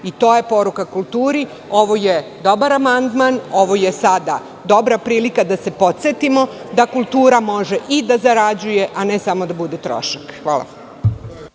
To je poruka kulturi. Ovo je dobar amandman, ovo je dobra prilika da se podsetimo da kultura može da zarađuje, a ne samo da bude trošak.